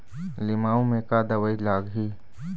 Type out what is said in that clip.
लिमाऊ मे का दवई लागिही?